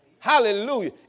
Hallelujah